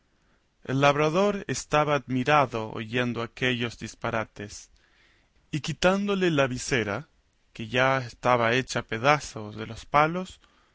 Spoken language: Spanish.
el labrador estaba admirado oyendo aquellos disparates y quitándole la visera que ya estaba hecha pedazos de los palos